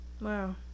Wow